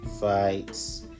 fights